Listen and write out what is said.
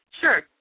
Sure